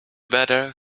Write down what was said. better